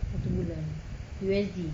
satu bulan U_S_D